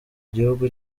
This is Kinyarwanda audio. gihugu